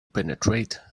penetrate